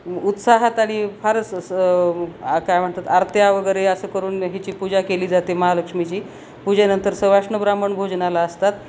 उत्साहात आणि फारच असं काय म्हणतात आरत्या वगैरे असं करून हिची पूजा केली जाते महालक्ष्मीची पूजेनंतर सवाष्ण ब्राह्मण भोजनाला असतात